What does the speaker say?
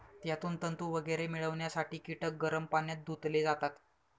त्यातून तंतू वगैरे मिळवण्यासाठी कीटक गरम पाण्यात धुतले जातात